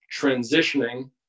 transitioning